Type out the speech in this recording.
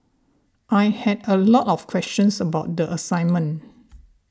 I had a lot of questions about the assignment